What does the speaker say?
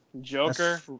Joker